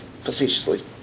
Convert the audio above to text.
facetiously